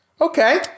Okay